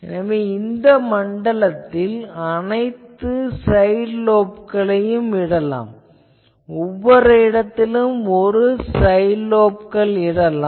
நாம் இந்த மண்டலத்தில் அனைத்து சைட் லோப்களையும் இடலாம் ஒவ்வொரு இடத்திலும் ஒரு சைட் லோப்கள் என்று இடலாம்